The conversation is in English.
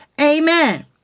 Amen